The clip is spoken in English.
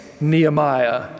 Nehemiah